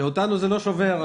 שאותנו זה לא שובר,